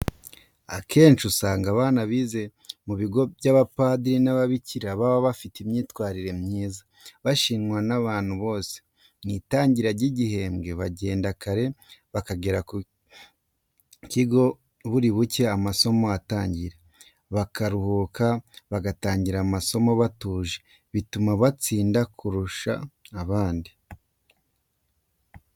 Akenshi usanga abana bize mu bigo by'abapadiri n'ababikira baba bafite imyitwarire myiza, bashimwa n'abantu bose. Mu itangira ry'igihembwe bagenda kare, bakagera mu kigo buri bucye amasomo atangira, bakaruhuka, bagatangira amasomo batuje, bituma batsinda kurusha abandi.